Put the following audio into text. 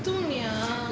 தூங்குனியா:thoonguniyaa